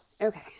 Okay